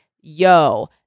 yo